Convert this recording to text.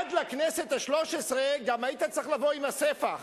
עד לכנסת השלוש-עשרה גם היית צריך לבוא עם הספח.